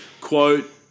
Quote